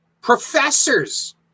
professors